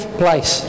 place